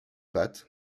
pattes